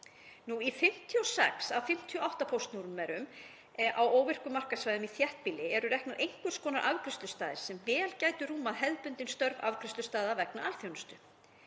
Í 56 af 58 póstnúmerum á óvirkum markaðssvæðum í þéttbýli eru reknir einhvers konar afgreiðslustaðir sem vel gætu rúmað hefðbundin störf afgreiðslustaða vegna alþjónustu.